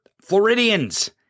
Floridians